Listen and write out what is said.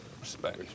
Respect